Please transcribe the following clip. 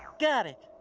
got it.